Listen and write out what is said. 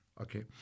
okay